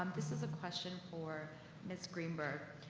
this is a question for miss greenberg.